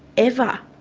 ever.